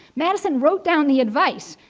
madison wrote down the advice,